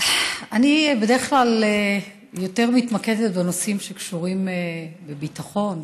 אני בדרך כלל יותר מתמקדת בנושאים שקשורים בביטחון,